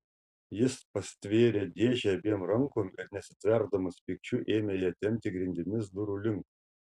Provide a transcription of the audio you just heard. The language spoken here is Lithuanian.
jis pastvėrė dėžę abiem rankom ir nesitverdamas pykčiu ėmė ją tempti grindimis durų link